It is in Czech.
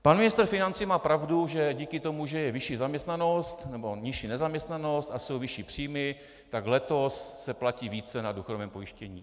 Pan ministr financí má pravdu, že díky tomu, že je vyšší zaměstnanost nebo nižší nezaměstnanost a jsou vyšší příjmy, tak letos se platí více na důchodovém pojištění.